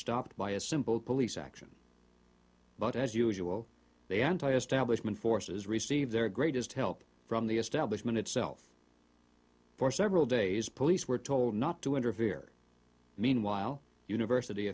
stopped by a simple police action but as usual they antiestablishment forces receive their greatest help from the establishment itself for several days police were told not to interfere meanwhile university